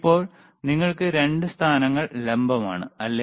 ഇപ്പോൾ നിങ്ങൾക്ക് 2 സ്ഥാനങ്ങൾ ലംബമാണ് അല്ലേ